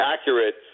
accurate